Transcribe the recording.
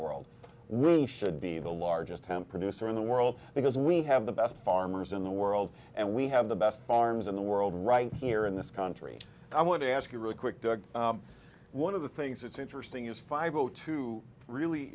world we should be the largest home producer in the world because we have the best farmers in the world and we have the best farms in the world right here in this country i want to ask you real quick doug one of the things that's interesting is five o two really